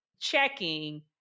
checking